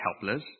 helpless